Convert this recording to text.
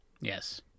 Yes